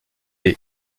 une